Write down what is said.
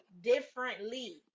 differently